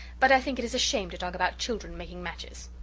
but i think it is a shame to talk about children making matches.